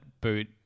boot